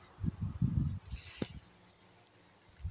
చిన్న సన్నకారు రైతులకు రైతు బీమా వర్తిస్తదా అది ఎలా తెలుసుకోవాలి?